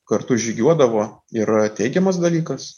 kartu žygiuodavo yra teigiamas dalykas